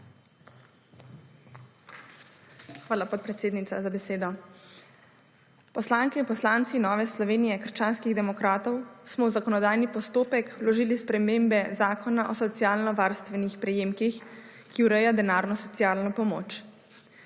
Hvala, podpredsednica, za besedo. Poslanke in poslanci Nove Slovenije – krščanski demokrati smo v zakonodajni postopek vložili spremembe Zakona o socialno varstvenih prejemkih, ki ureja denarno socialno pomoč.